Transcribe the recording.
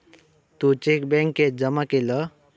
तू cheque बॅन्केत जमा केलं?